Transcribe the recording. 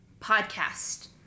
podcast